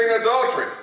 adultery